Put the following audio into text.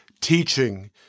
teaching